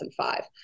2005